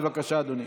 בבקשה, אדוני.